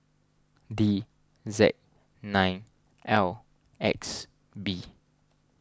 D Z nine L X B